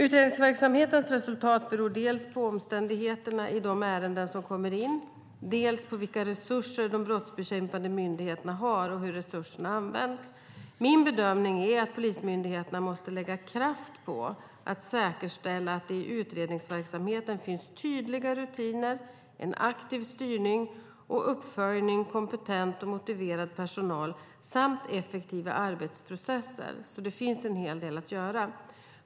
Utredningsverksamhetens resultat beror dels på omständigheterna i de ärenden som kommer in, dels på vilka resurser de brottsbekämpande myndigheterna har och hur resurserna används. Min bedömning är att polismyndigheterna måste lägga kraft på att säkerställa att det i utredningsverksamheten finns tydliga rutiner, en aktiv styrning och uppföljning, kompetent och motiverad personal samt effektiva arbetsprocesser. Det finns alltså en hel del att göra.